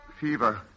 Fever